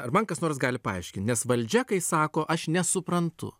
ar man kas nors gali paaiškint nes valdžia kai sako aš nesuprantu